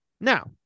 Now